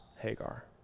Hagar